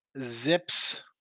Zips